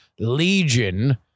Legion